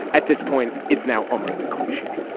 at this point, it's now almost a cliche